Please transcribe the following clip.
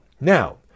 Now